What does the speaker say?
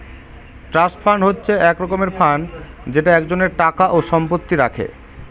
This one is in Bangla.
ট্রাস্ট ফান্ড হচ্ছে এক রকমের ফান্ড যেটা একজনের টাকা ও সম্পত্তি রাখে